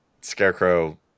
scarecrow